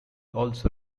also